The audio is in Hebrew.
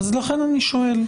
לכן אני שואל.